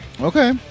Okay